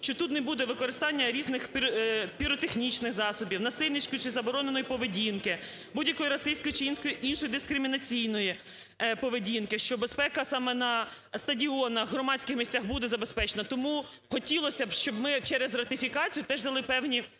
що тут не буде використання різних піротехнічних засобів, насильницької чи забороненої поведінки, будь-якої расистської чи іншої дискримінаційної поведінки, що безпека саме на стадіонах, в громадських місцях буде забезпечена. Тому хотілося б, щоб ми через ратифікацію теж взяли певні